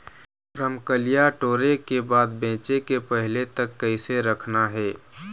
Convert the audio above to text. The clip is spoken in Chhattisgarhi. रमकलिया टोरे के बाद बेंचे के पहले तक कइसे रखना हे?